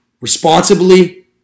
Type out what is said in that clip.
responsibly